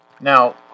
now